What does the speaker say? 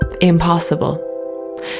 impossible